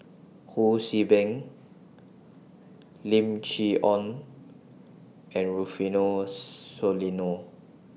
Ho See Beng Lim Chee Onn and Rufino Soliano